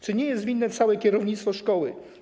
Czy nie jest winne całe kierownictwo szkoły?